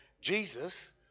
Jesus